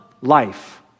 life